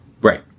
Right